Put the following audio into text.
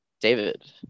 david